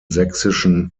sächsischen